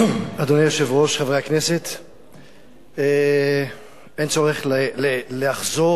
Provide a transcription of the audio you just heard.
אדוני היושב-ראש, חברי הכנסת, אין צורך לחזור